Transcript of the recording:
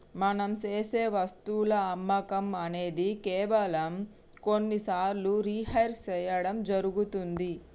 మనం సేసె వస్తువుల అమ్మకం అనేది కేవలం కొన్ని సార్లు రిహైర్ సేయడం జరుగుతుంది